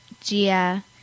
Gia